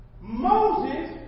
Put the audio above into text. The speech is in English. Moses